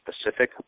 specific